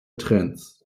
trends